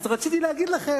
רציתי להגיד לכם,